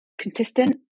consistent